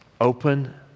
open